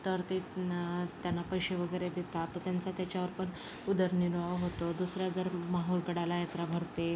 तर ते त्नं त्यांना पैसे वगैरे देतात तर त्यांचं त्याच्यावर पण उदरनिर्वाह होतो दुसरा जर माहूरगडाला यात्रा भरते